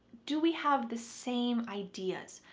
do we have the same ideas?